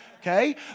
okay